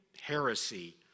heresy